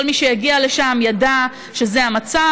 כל מי שהגיע לשם ידע שזה המצב.